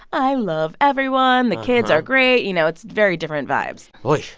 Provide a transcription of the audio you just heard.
i love everyone. the kids are great. you know, it's very different vibes oy.